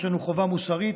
יש לנו חובה מוסרית.